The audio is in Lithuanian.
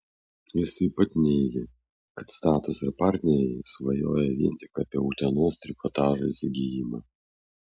jis taip pat neigė kad status ir partneriai svajoja vien tik apie utenos trikotažo įsigijimą